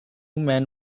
men